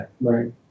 Right